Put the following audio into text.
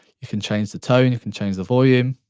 you can change the tone. you can change the volume.